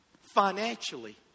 financially